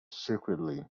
secretly